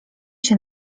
się